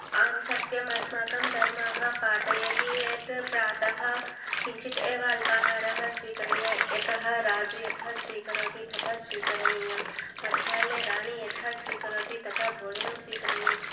आम् सत्यम् अस्माकं धर्मः पाठयति यत् प्रातः किञ्चित् एव अल्पाहारः स्वीकरणीयः यतः राजु यथा स्वीकरोति तथा स्वीकरणीयम् मध्याह्ने राणी यथा स्वीकरोति तथा भोजनं स्वीकरणीयम्